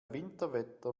winterwetter